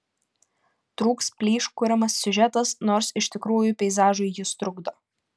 trūks plyš kuriamas siužetas nors iš tikrųjų peizažui jis trukdo